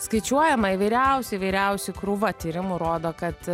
skaičiuojama įvairiausių įvairiausių krūva tyrimų rodo kad